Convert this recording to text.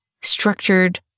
structured